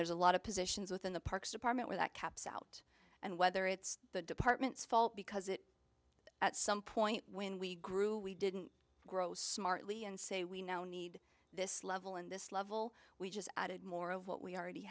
there's a lot of positions within the parks department where that caps out and whether it's the department's fault because it at some point when we grew we didn't grow smartly and say we now need this level in this level we just added more of what we already